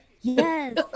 Yes